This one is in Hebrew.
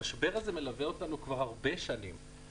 המשבר הזה מלווה אותנו כבר הרבה שנים.